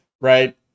right